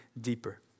deeper